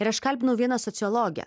ir aš kalbinau vieną sociologę